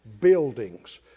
buildings